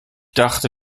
dachte